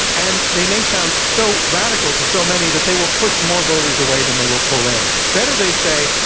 and they may sound so, radical to so, many that they will push more voters away than they will pull in. better, they say,